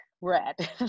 red